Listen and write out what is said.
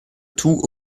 tout